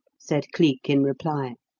said cleek in reply.